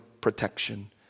protection